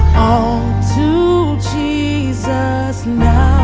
ah to jesus now